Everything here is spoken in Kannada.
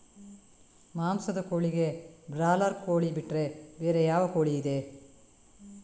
ಮಾಂಸದ ಕೋಳಿಗೆ ಬ್ರಾಲರ್ ಕೋಳಿ ಬಿಟ್ರೆ ಬೇರೆ ಯಾವ ಕೋಳಿಯಿದೆ?